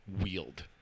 wield